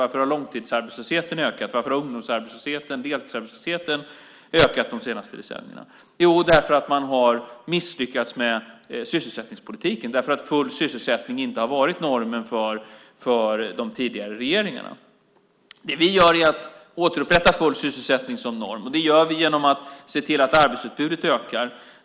Varför har ungdomsarbetslösheten och deltidsarbetslösheten ökat de senaste decennierna? Jo, därför att man har misslyckats med sysselsättningspolitiken eftersom full sysselsättning inte har varit normen för de tidigare regeringarna. Det vi gör är att återupprätta full sysselsättning som norm. Det gör vi genom att se till att arbetsutbudet ökar.